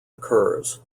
occurs